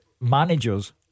managers